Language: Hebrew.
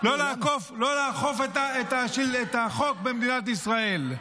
למה ----- לא לאכוף את החוק במדינת ישראל.